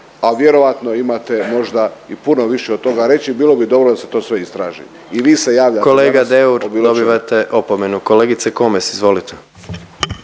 a vjerovatno imate možda i puno više od toga reći, bilo bi dobro da se to sve istraži. I vi se javljate danas o bilo čemu. **Jandroković, Gordan